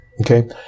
Okay